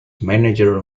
manager